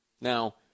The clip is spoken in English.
Now